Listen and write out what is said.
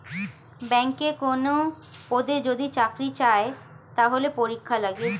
ব্যাংকে কোনো পদে যদি চাকরি চায়, তাহলে পরীক্ষা লাগে